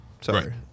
Sorry